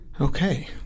Okay